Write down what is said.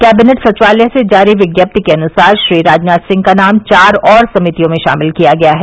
cabinet सचिवालय से जारी विज्ञप्ति के अनुसार श्री राजनाथ सिंह का नाम चार और समितियों में शामिल किया गया है